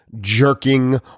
jerking